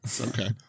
Okay